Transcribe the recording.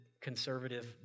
conservative